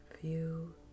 view